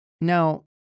Now